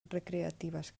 recreatives